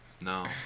no